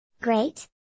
Great